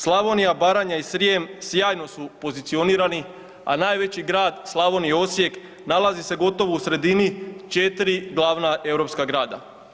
Slavonija, Baranja i Srijem sjajno su pozicionirani, a najveći grad Slavonije Osijek nalazi se gotovo u sredini 4 glavna europska grada.